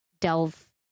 delve